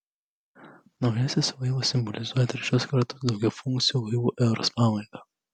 naujasis laivas simbolizuoja trečios kartos daugiafunkcių laivų eros pabaigą